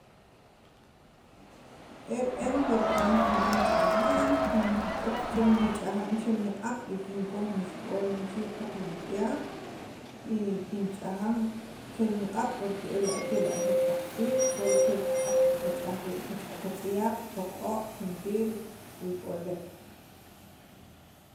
e re'en wet- am kinb'an nich'aja'n kinq'ut nich'aja'n chel niq'ab' kinkoj nixib'on chi riij taq wutz'yaq y kinch'ajan chel niq'ab' porqe kela' ajeer taq tziij sol chel qaq'ab' qach'aj wii' li qatz'yaq, li qoq'o' juntir li k'olek